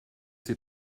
sie